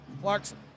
Clarkson